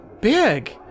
big